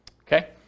Okay